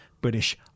British